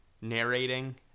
narrating